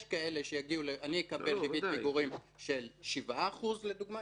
אני אקבל ריבית פיגורים של 7% לדוגמה,